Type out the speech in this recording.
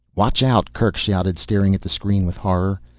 watch out! kerk shouted, staring at the screen with horror.